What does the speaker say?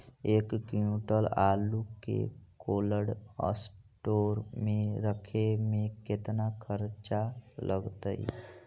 एक क्विंटल आलू के कोल्ड अस्टोर मे रखे मे केतना खरचा लगतइ?